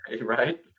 right